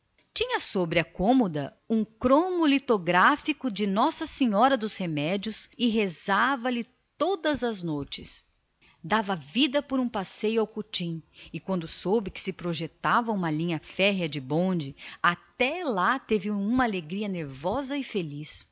faziam sobre a cômoda havia muito tempo tinha uma estampa litográfica e colorida de nossa senhora dos remédios e rezava lhe todas as noites antes de dormir nada conhecia melhor e mais agradável do que um passeio ao cutim e quando soube que se projetava uma linha de bondes até lá teve uma satisfação violenta e